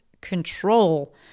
control